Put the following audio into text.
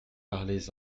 parlez